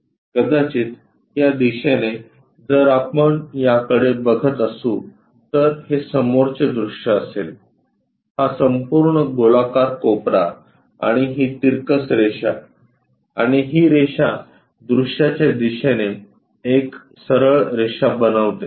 कदाचित या दिशेने जर आपण याकडे बघत असू तर हे समोरचे दृश्य असेल हा संपूर्ण गोलाकार कोपरा आणि ही तिरकस रेषा आणि ही रेषा दृश्याच्या दिशेने एक सरळ रेष बनवते